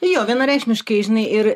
jo vienareikšmiškai žinai ir